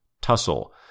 Tussle